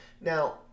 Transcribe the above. Now